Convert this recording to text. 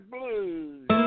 Blues